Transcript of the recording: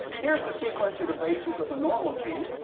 here is the sequence of the bases of the normal gene.